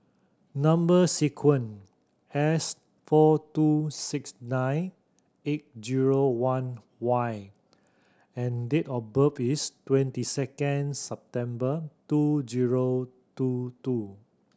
number sequence S four two six nine eight zero one Y and date of birth is twenty second September two zero two two